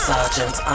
Sergeant